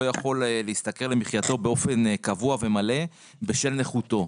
יכול להשתכר למחייתו באופן קבוע ומלא בשל נכותו.